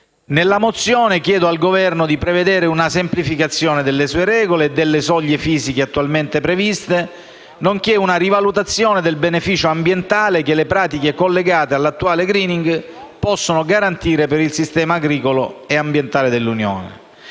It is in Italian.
Nella mozione si chiede al Governo di prevedere una semplificazione delle sue regole e delle soglie fisiche attualmente previste, nonché una rivalutazione del beneficio ambientale che le pratiche collegate all'attuale *greening* possono garantire per il sistema agricolo e ambientale dell'Unione.